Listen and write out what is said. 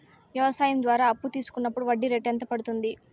వ్యవసాయం ద్వారా అప్పు తీసుకున్నప్పుడు వడ్డీ రేటు ఎంత పడ్తుంది